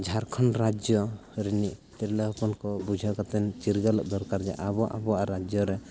ᱡᱷᱟᱲᱠᱷᱚᱸᱰ ᱨᱟᱡᱽᱡᱚ ᱨᱤᱱᱤᱡ ᱛᱤᱨᱞᱟᱹ ᱦᱚᱯᱚᱱᱠᱚ ᱵᱩᱡᱷᱟᱹᱣ ᱠᱟᱛᱮᱫ ᱪᱤᱨᱜᱟᱹᱞᱚᱜ ᱫᱚᱨᱠᱟᱨ ᱡᱮ ᱟᱵᱚ ᱟᱵᱚᱣᱟᱜ ᱨᱟᱡᱽᱡᱚᱨᱮ